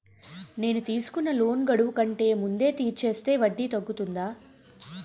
నేను తీసుకున్న లోన్ గడువు కంటే ముందే తీర్చేస్తే వడ్డీ తగ్గుతుందా?